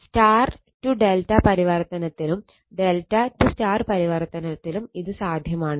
അതിനാൽ Y ∆ പരിവർത്തനത്തിലും ∆ Y പരിവർത്തനത്തിലും ഇത് സാധ്യമാണ്